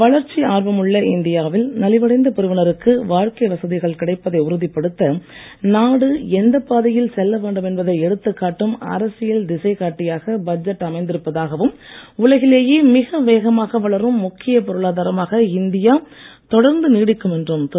வளர்ச்சி ஆர்வழுள்ள இந்தியாவில் நலிவடைந்த பிரிவினருக்கு வாழ்க்கை வசதிகள் கிடைப்பதை உறுதிப்படுத்த நாடு எந்தப் பாதையில் செல்ல வேண்டும் என்பதை எடுத்துக்காட்டும் அரசியல் திசை காட்டியாக பட்ஜெட் அமைந்திருப்பதாகவும் உலகிலேயே மிக வேகமாக வளரும் முக்கிய பொருளாதாரமாக இந்தியா தொடர்ந்து நீடிக்கும் என்றும் திரு